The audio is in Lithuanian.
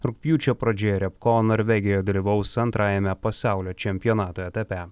rugpjūčio pradžioje riabko norvegijoje dalyvaus antrajame pasaulio čempionato etape